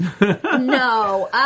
No